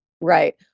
Right